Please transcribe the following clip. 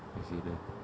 new zealand